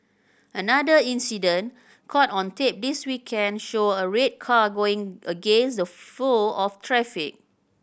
another incident caught on tape this weekend showed a red car going against the flow of traffic